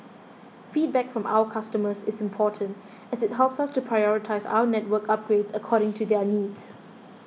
feedback from our customers is important as it helps us to prioritise our network upgrades according to their needs